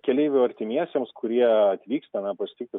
keleivių artimiesiems kurie atvyksta na pasitiki